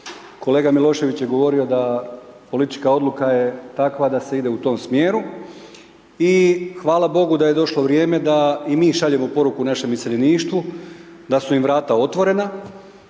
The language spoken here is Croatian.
Kolega Milošević je govorio da politička odluka je takva da se ide u tom smjeru. I hvala Bogu da je došlo vrijeme da i mi šaljemo poruku našem iseljeništvu da su im vrata otvorena,